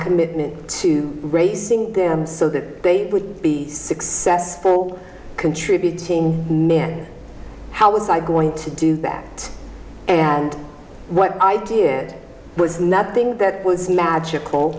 commitment to raising them so that they would be successful contributing men how was i going to do that and what idea it was nothing that was magical